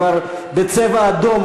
הוא כבר בצבע אדום,